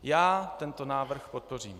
Já tento návrh podpořím.